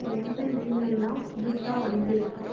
எந்த ஈமெல்லாம் புதுசா வந்துருக்கு